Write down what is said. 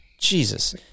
Jesus